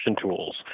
tools